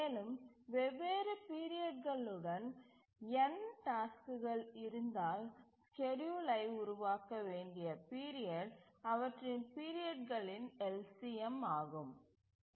மேலும் வெவ்வேறு பீரியட்களுடன் n டாஸ்க்குகள் இருந்தால் ஸ்கேட்யூலை உருவாக்க வேண்டிய பீரியட் அவற்றின் பீரியட்களின் LCM ஆகும்